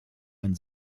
ein